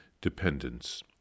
dependence